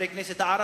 חברי הכנסת הערבים,